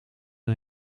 een